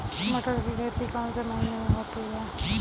मटर की खेती कौन से महीने में होती है?